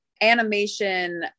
animation